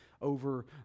over